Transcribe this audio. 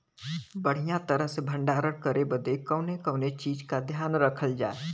बढ़ियां तरह से भण्डारण करे बदे कवने कवने चीज़ को ध्यान रखल जा?